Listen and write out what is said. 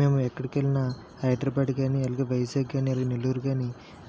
మేము ఎక్కడికెళ్ళినా హైదరాబాద్ కాని అలాగే వైజాగ్ కాని ఇలా నెల్లూరు కాని